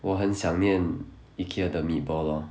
我很想念 Ikea 的 meatball lor